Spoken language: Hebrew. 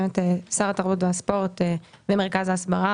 באמת שר התרבות והספורט ומרכז ההסברה